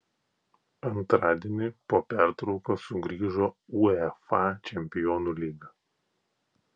antradienį po pertraukos sugrįžo uefa čempionų lyga